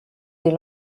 des